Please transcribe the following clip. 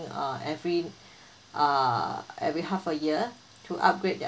uh every uh every half a year to upgrade their